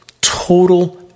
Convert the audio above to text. total